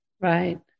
right